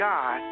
God